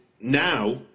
now